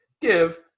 give